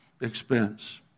expense